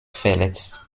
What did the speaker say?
verletzt